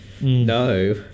no